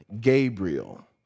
Gabriel